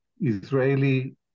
Israeli